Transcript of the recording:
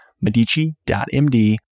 medici.md